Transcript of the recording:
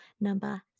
number